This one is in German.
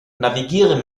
navigiere